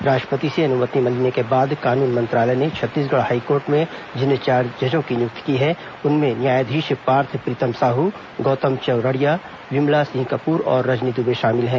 राष्ट्रपति से अनुमति के बाद कानून मंत्रालय ने छत्तीसंगढ़ हाईकोर्ट में जिन चार जजों की नियुक्ति की है उनमें न्यायाधीश पार्थ प्रीतम साहू गौतम चौरडिया विमला सिंह कपूर और रजनी दुबे शामिल हैं